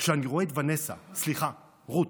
כשאני רואה את ונסה, סליחה, רות,